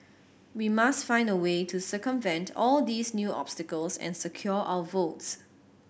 we must find a way to circumvent all these new obstacles and secure our votes